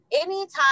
anytime